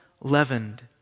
leavened